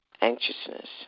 anxiousness